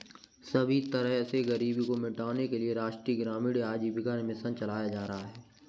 सभी तरह से गरीबी को मिटाने के लिये राष्ट्रीय ग्रामीण आजीविका मिशन चलाया जा रहा है